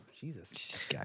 Jesus